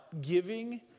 giving